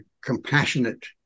compassionate